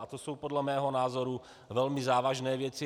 A to jsou podle mého názoru velmi závažné věci.